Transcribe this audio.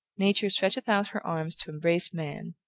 nature stretcheth out her arms to embrace man,